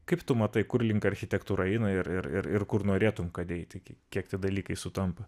kaip tu matai kur link architektūrą eina ir ir ir kur norėtum kad eit kiek tie dalykai sutampa